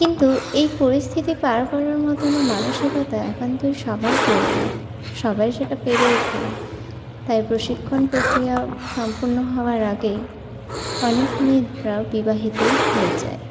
কিন্তু এই পরিস্থিতি পার করার মতনও মানসিকতা এখন তো সবার প্রয়োজন সবাই সেটা পেরে ওঠে না তাই প্রশিক্ষণ প্রক্রিয়া সম্পূর্ণ হওয়ার আগেই অনেক মেয়েরা বিবাহিতও হয়ে যায়